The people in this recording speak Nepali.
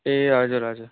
ए हजुर हजुर